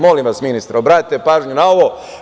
Molim vas, ministre, obratite pažnju na ovo.